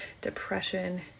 depression